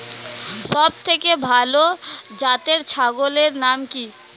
সবথেকে ভালো জাতের ছাগলের নাম কি?